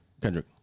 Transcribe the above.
Kendrick